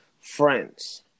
friends